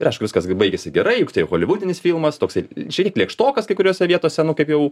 ir aišku viskas baigiasi gerai juk tai holivudinis filmas toksai šiaip lėkštokas kai kuriose vietose nu kaip jau